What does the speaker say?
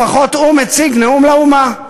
לפחות הוא מציג נאום לאומה.